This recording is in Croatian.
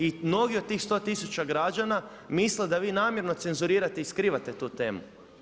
I mnogi od tih 100000 građana misle da vi namjerno cenzurirate i skrivate tu temu.